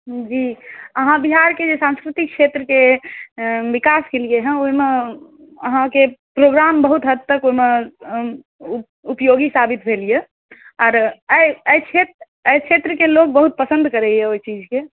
जी अहाँ बिहारके जे सांस्कृतिक क्षेत्रके विकास केलियै हेँ ओहिमे अहाँके प्रोग्राम बहुत हद तक ओहिमे उपयोगी साबित भेल यए आओर एहि एहि क्षेत्र एहि क्षेत्रके लोक बहुत पसन्द करैए ओहि चीजकेँ